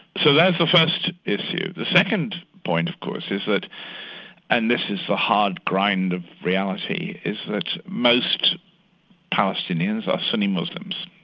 so there's the first issue. the second point of course is that and this is the hard grind of reality is that most palestinians are sunni muslims.